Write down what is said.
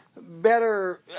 better